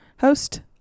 host